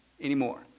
anymore